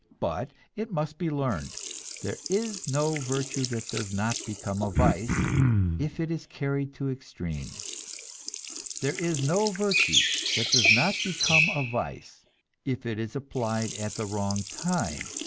but it must be learned there is no virtue that does not become a vice if it is carried to extremes there is no virtue that does not become a vice if it is applied at the wrong time,